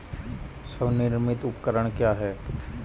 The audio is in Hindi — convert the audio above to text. स्वनिर्मित उपकरण क्या है?